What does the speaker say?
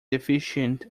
deficient